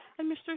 Mr